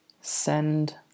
send